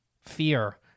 fear